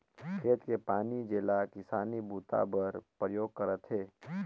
खेत के पानी जेला किसानी बूता बर परयोग करथे